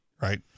right